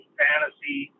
fantasy